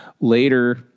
later